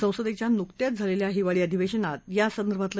संसदेच्या नुकत्याच झालेल्या हिवाळी अधिवेशनात यासंदर्भातलं